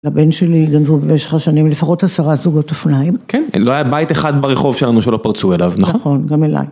לבן שלי גנבו במשך שנים לפחות עשרה זוגות אופניים. כן, לא היה בית אחד ברחוב שלנו שלא פרצו אליו, נכון? נכון, גם אליי.